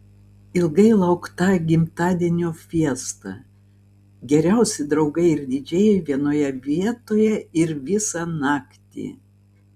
ilgai laukta gimtadienio fiesta geriausi draugai ir didžėjai vienoje vietoje ir visą naktį